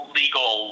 legal